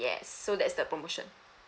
yes so that's the promotion